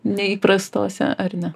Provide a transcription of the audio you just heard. neįprastose ar ne